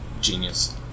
genius